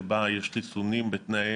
שבה יש חיסונים בתנאי